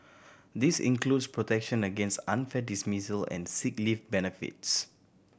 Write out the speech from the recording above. this includes protection against unfair dismissal and sick leave benefits